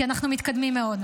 כי אנחנו מתקדמים מאוד.